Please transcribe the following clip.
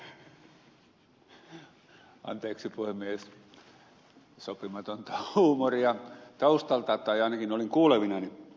anteeksi puhemies sopimatonta huumoria taustalta tai ainakin olin kuulevinani